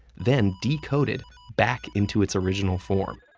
then decoded back into its original form.